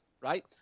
right